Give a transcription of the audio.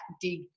dig